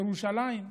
ירושלים,